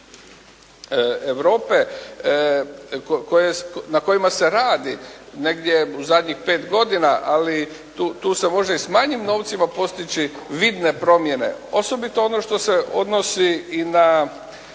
Europe na kojima se radi negdje u zadnjih 5 godina, ali tu se može i s manjim novcima postići vidne promjene, osobite one što se odnosi i na